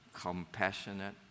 compassionate